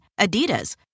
Adidas